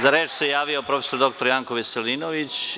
Za reč se javio prof. dr Janko Veselinović.